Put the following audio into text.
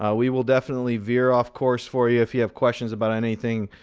ah we will definitely veer off course for you if you have questions about anything,